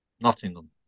Nottingham